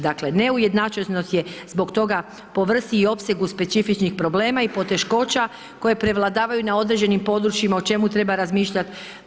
Dakle, neujednačenost je zbog toga po vrsti i opsegu specifičnih problema i poteškoća koje prevladavaju na određenim područjima, o čemu treba razmišljat.